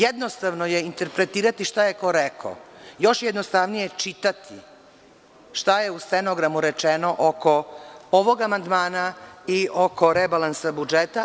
Jednostavno je interpretirati šta je ko rekao, a još jednostavnije je čitati šta je u stenogramu rečeno oko ovog amandmana i oko rebalansa budžeta.